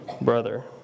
brother